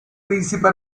príncipe